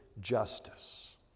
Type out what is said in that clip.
Justice